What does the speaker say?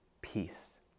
peace